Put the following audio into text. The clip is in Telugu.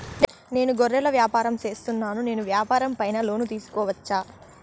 నేను గొర్రెలు వ్యాపారం సేస్తున్నాను, నేను వ్యాపారం పైన లోను తీసుకోవచ్చా?